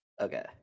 Okay